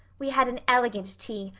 we had an elegant tea,